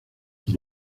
qui